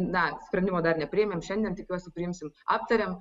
na sprendimo dar nepriėmėm šiandien tikiuosi priimsim aptarėm